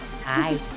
Hi